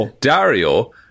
Dario